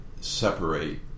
separate